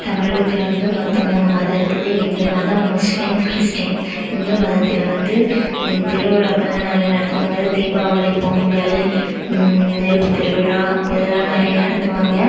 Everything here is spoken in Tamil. தமிழகத்தில் வந்து மொத்தம் மூணு மதம் இருக்குது இந்து மதம் முஸ்லீம் கிறிஸ்டின் இந்து மதத்தில் வந்து திருவிழாக்கல்லாம் நல்லா நடத்துவாங்க தீபாவளி பொங்கல் நெருப்பு திருவிழா இதெல்லாம் நிறைய நடத்துவாங்க